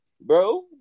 bro